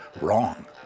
wrong